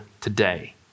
today